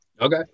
Okay